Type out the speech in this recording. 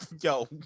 yo